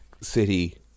city